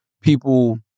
people